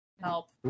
help